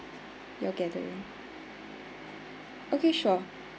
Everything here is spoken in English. your gathering okay sure